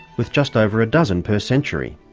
with just over a dozen per century.